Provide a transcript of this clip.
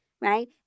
right